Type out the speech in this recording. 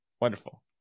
Wonderful